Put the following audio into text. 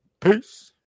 peace